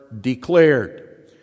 declared